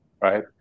right